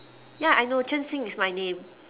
ya I know zhen xin is my name